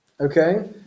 Okay